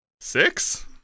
six